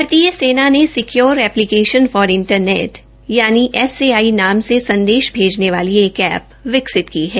भारतीय सेना ने सिक्योर एप्लीकेशन फॉर इंटरनेट यानि एसएआई नाम से संदेश भे ने वाली एक एप्प विकसित की है